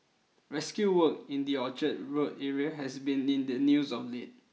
rescue work in the Orchard Road area has been in the news of late